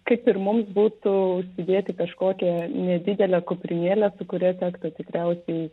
kaip ir mums būtų užsidėti kažkokią nedidelę kuprinėlę su kuria tektų tikriausiai